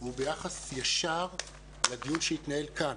הוא ביחס ישר לדיון שהתנהל כאן